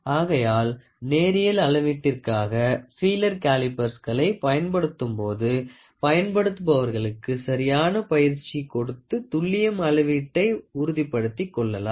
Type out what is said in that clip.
ஆகையால் நேரியல் அளவீட்டிற்காக பீலேர் காலிபர்ஸ்களை பயன்படுத்தும் போது பயன்படுத்துபவர்களுக்கு சரியான பயிற்சி கொடுத்து துல்லியம் அளவீட்டை உறுதிப்படுத்திக் கொள்ளலாம்